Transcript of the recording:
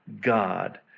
God